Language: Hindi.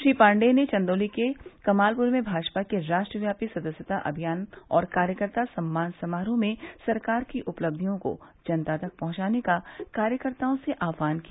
श्री पाण्डेय ने चंदौली के कमालपुर में भाजपा के राष्ट्रव्यापी सदस्यता अभियान और कार्यकर्ता सम्मान समारोह में सरकार की उपलब्धियों को जनता तक पहंचाने का कार्यकर्ताओं से आह्वान किया